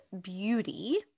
beauty